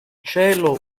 cielo